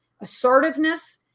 assertiveness